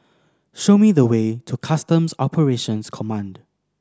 show me the way to Customs Operations Command